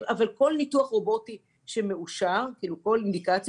אבל כל ניתוח רובוטי שמאושר עוברים,